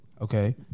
Okay